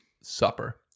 supper